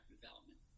development